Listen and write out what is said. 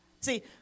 See